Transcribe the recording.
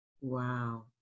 Wow